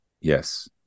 Yes